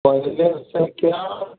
पहले से क्या